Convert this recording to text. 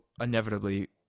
inevitably